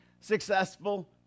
successful